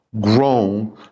grown